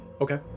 Okay